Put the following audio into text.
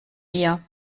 ihr